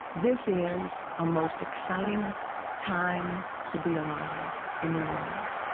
this is a most exciting time to be alive in the world.